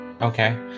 okay